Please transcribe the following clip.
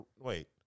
Wait